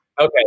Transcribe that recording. Okay